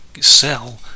sell